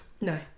no